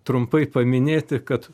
trumpai paminėti kad